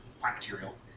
bacterial